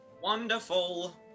Wonderful